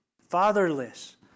fatherless